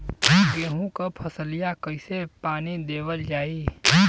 गेहूँक फसलिया कईसे पानी देवल जाई?